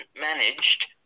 managed